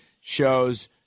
shows